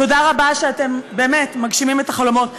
תודה רבה שאתם, באמת, מגשימים את החלומות.